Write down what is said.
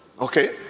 Okay